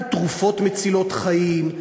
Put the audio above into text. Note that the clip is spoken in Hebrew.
על תרופות מצילות חיים,